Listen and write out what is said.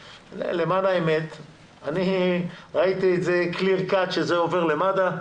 למען האמת ראיתי את זה clear cut שזה עובר למד"א,